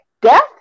death